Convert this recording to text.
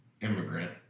immigrant